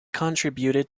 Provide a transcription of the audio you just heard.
contributed